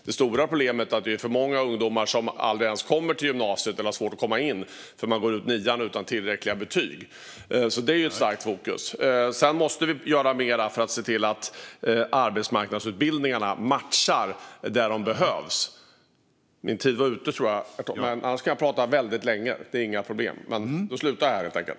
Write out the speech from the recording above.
Det stora problemet är att det är för många ungdomar som aldrig ens kommer till gymnasiet eller har svårt att komma in därför att de går ut nian med otillräckliga betyg, så det är ett starkt fokus. Sedan måste vi göra mer för att se till att arbetsmarknadsutbildningarna matchar det som behövs. Jag tror att min talartid är slut, herr talman. Annars kan jag prata väldigt länge - det är inga problem! Men jag stannar där, helt enkelt.